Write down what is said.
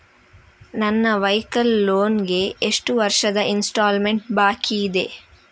ನನ್ನ vehicle loan ಗೆ ಎಷ್ಟು ವರ್ಷದ ಇನ್ಸ್ಟಾಲ್ಮೆಂಟ್ ಬಾಕಿ ಇದೆ?